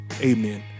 Amen